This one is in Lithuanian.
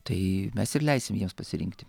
tai mes ir leisim jiems pasirinkti